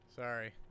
Sorry